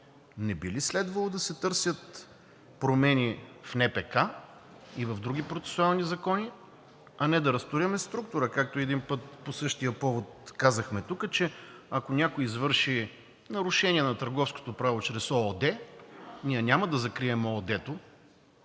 не би ли следвало да се търсят промени в НПК и в други процесуални закони, а не да разтуряме структура, както един път по същия повод казахме тук, че ако някой извърши нарушение на търговското право чрез ООД, ние няма да закрием ООД-то